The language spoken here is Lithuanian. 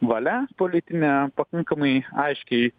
valia politinė pakankamai aiškiai